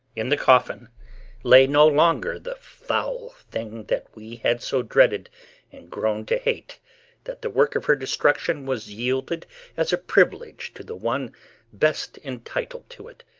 in the coffin lay no longer the foul thing that we had so dreaded and grown to hate that the work of her destruction was yielded as a privilege to the one best entitled to it,